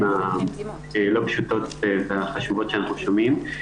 הלא פשוטות והחשובות שאנחנו שומעים.